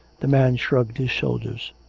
the man shrugged his shoulders.